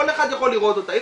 כל אחד יכול לראות אותה,